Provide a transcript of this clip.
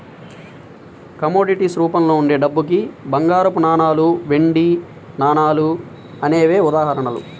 commodities రూపంలో ఉండే డబ్బుకి బంగారపు నాణాలు, వెండి నాణాలు అనేవే ఉదాహరణలు